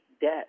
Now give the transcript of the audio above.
debt